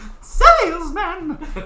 Salesman